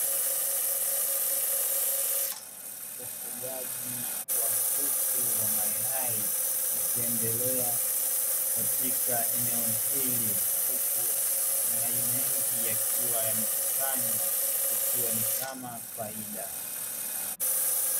Ufugaji wa kuku wa mayai ukiendelea katika eneo hili, huku mayai mengi yakiwa yamekusanywa ikiwa ni kama faida.